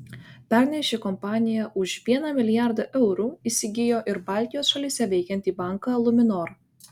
pernai ši kompanija už vieną milijardą eurų įsigijo ir baltijos šalyse veikiantį banką luminor